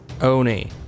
Oni